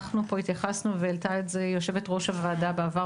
אנחנו התייחסנו פה והעלתה את זה יושבת ראש הוועדה בעבר,